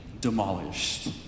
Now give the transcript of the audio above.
demolished